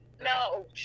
No